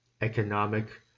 economic